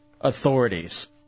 authorities